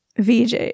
vj